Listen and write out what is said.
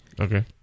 Okay